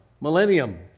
millennium